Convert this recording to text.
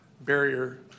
barrier